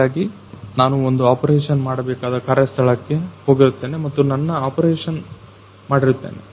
ಹಾಗಾಗಿ ನಾನು ಒಂದು ಆಪರೇಷನ್ ಮಾಡಬೇಕಾದ ಕಾರ್ಯ ಸ್ಥಳಕ್ಕೆ ಹೋಗುತ್ತೇನೆ ಮತ್ತು ನನ್ನ ಆಪರೇಷನ್ ಮಾಡುತ್ತೇನೆ